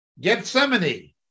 Gethsemane